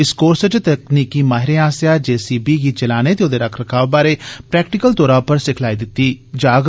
इस कोर्स इच तकनीकी माहिरे आस्तैआ जे सी बी गी चलाने ते ओहदे रख रखाब बारै प्रैक्टिकल तौरा पर सिखलाई दिती जाग